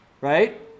right